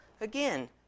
again